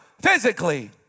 physically